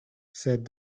said